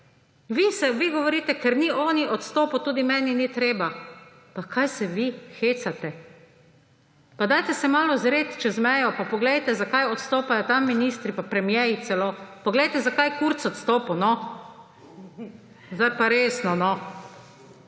hecate. Vi govorite, ker ni on odstopil, tudi meni ni treba. Pa kaj se vi hecate. Dajte se malo ozreti čez mejo pa poglejte, zakaj odstopajo tam ministri in premierji celo. Poglejte, zakaj je Kurz odstopil. Sedaj pa resno.